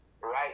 right